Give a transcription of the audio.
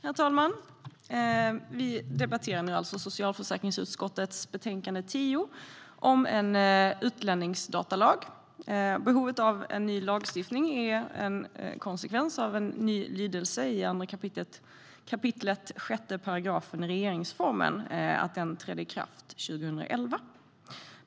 Herr talman! Vi debatterar alltså socialförsäkringsutskottets betänkande 10 om en utlänningsdatalag. Behovet av en ny lagstiftning är en konsekvens av att en ny lydelse av 2 kap. 6 § regeringsformen trädde i kraft 2011.